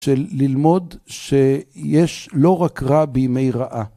של ללמוד שיש לא רק רע בימי רעה.